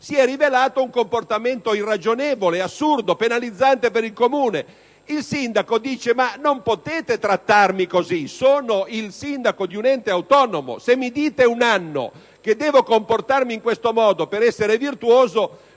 si è rivelato un comportamento irragionevole, assurdo e penalizzante per il Comune. Il sindaco dice: ma non potete trattarmi così! Sono il sindaco di un ente autonomo; se un anno mi dite che devo comportarmi in un certo modo per essere virtuoso,